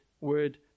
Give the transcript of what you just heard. word